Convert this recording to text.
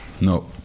No